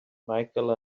micheal